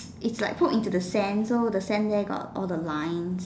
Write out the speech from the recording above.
it's like put into the sand so the sand there got all the lines